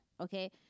okay